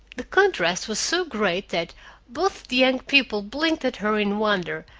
the contrast was so great that both the young people blinked at her in wonder,